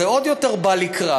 וזה עוד יותר בא לקראת,